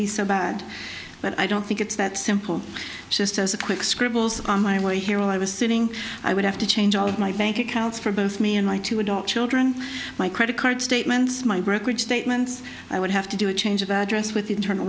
be so bad but i don't think it's that simple just as a quick scribbles on my way here i was sitting i would have to change all of my bank accounts for both me and my two adult children my credit card statements my brokerage statements i would have to do a change of address with the internal